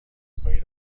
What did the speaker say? دمپایی